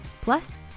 plus